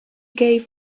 gave